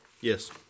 Yes